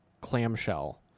clamshell